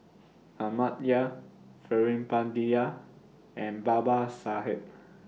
Amartya Veerapandiya and Babasaheb